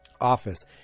office